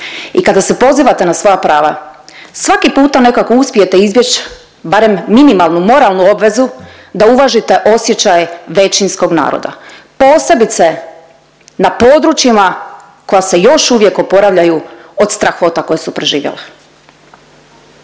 I kada se pozivate na svoja prava svaki puta nekako uspijete izbjeći barem minimalnu, moralnu obvezu da uvažite osjećaj većinskog naroda posebice na područjima koja se još uvijek oporavljaju od strahota koje su proživjele.